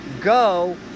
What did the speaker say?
go